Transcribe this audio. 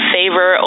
favor